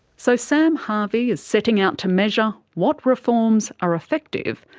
so sam harvey is setting out to measure what reforms are effective,